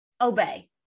obey